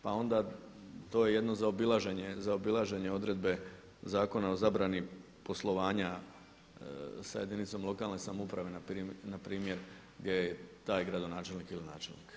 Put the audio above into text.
Pa onda to je jedno zaobilaženje odredbe Zakona o zabrani poslovanja sa jedinicom lokalne samouprave npr. gdje je taj gradonačelnik ili načelnik.